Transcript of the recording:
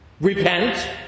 Repent